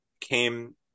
came